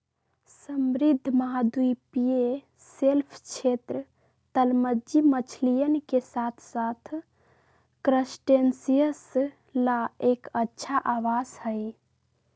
समृद्ध महाद्वीपीय शेल्फ क्षेत्र, तलमज्जी मछलियन के साथसाथ क्रस्टेशियंस ला एक अच्छा आवास हई